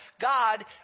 God